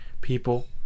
people